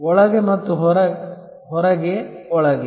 ಒಳಗೆ ಮತ್ತು ಹೊರಗೆ ಒಳಗೆ